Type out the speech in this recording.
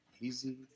easy